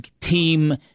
team